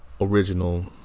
original